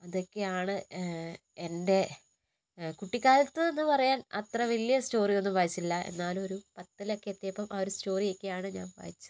അതൊക്കെയാണ് എൻ്റെ കുട്ടിക്കാലത്ത് എന്നു പറയാൻ അത്ര വലിയ സ്റ്റോറിയൊന്നും വായിച്ചിട്ടില്ല എന്നാലും ഒരു പത്തിലൊക്കെ എത്തിയപ്പോൾ ആ ഒരു സ്റ്റോറിയൊക്കയാണ് ഞാൻ വായിച്ചത്